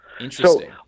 Interesting